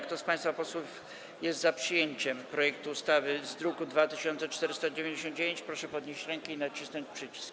Kto z państwa posłów jest za przyjęciem projektu ustawy z druku nr 2499, proszę podnieść rękę i nacisnąć przycisk.